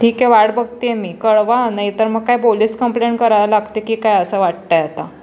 ठीक आहे वाट बघते आहे मी कळवा नाहीतर मग काय पोलीस कम्प्लेंट करावं लागते की काय असं वाटत आहे आता